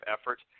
effort